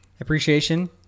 Appreciation